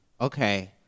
Okay